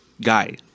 guy